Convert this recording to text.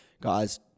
guys